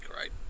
right